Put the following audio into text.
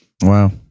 Wow